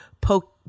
poke